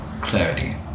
clarity